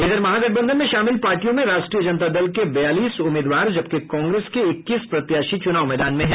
इधर महागठबंधन में शामिल पार्टियों में राष्ट्रीय जनता दल के बयालीस उम्मीदवार जबकि कांग्रेस के इक्कीस प्रत्याशी चुनाव मैदान में है